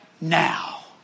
now